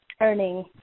earning